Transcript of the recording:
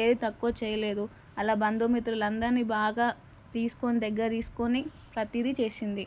ఏదీ తక్కువ చేయలేదు అలా బంధుమిత్రులందరినీ బాగా తీసుకుని దగ్గర తీసుకుని ప్రతీది చేసింది